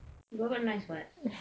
babat nice [what]